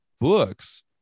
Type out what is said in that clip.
books